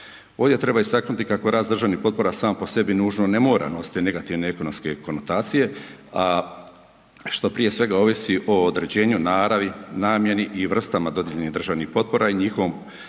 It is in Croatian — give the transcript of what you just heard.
Ovdje treba istaknuti kako rast državnih potpora samo po sebi nužno ne mora nositi negativne ekonomske konotacije a što prije svega odnosi o određenju naravi, namjeni i vrstama dodijeljenih državnih potpora i njihovom